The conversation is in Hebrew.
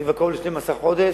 אני קרוב ל-12 חודש,